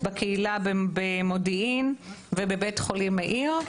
בקהילה במודיעין ובבית החולים מאיר.